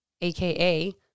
aka